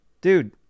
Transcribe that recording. Dude